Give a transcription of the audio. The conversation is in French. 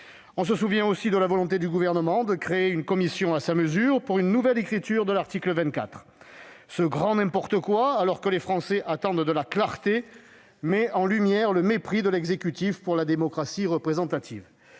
On se souvient aussi de la volonté du Gouvernement de créer une commission à sa mesure pour une nouvelle écriture de l'article 24 ... Ce grand n'importe quoi, alors que les Français attendent de la clarté, met en lumière le mépris de l'exécutif pour la démocratie représentative.